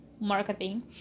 marketing